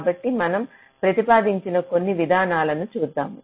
కాబట్టి మనం ప్రతిపాదించిన కొన్ని విధానాలను చూద్దాం